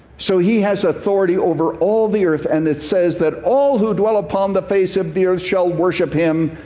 so he has authority over all the earth. and it says that all who dwell upon the face of the earth shall worship him,